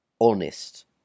honest